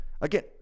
Again